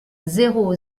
zéro